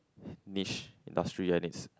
niche industry and it's